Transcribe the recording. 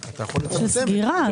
זאת סגירה.